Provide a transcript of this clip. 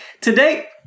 Today